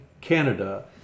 Canada